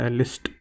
list